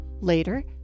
Later